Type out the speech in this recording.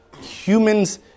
humans